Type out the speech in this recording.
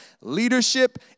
Leadership